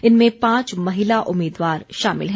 इनमें पांच महिला उम्मीदवार शामिल हैं